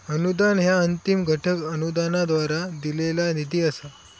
अनुदान ह्या अंतिम घटक अनुदानाद्वारा दिलेला निधी असा